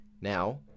Now